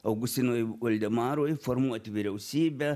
augustinui voldemarui formuoti vyriausybę